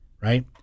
right